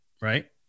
right